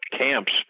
camps